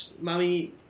Mummy